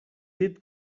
dit